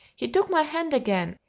he took my hand again,